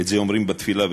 את זה אומרים בתפילה,